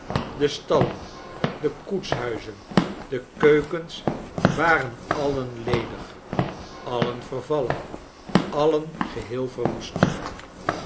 de stallen de koetshuizen de keukens waren alien ledig alien vervallen alien geheel verwoest